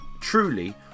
Truly